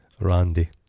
Randy